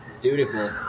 Dutiful